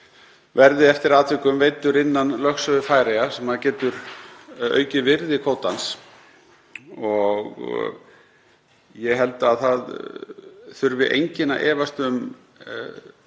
verði eftir atvikum veiddur innan lögsögu Færeyja sem getur aukið virði kvótans. Ég held að það þurfi enginn að efast um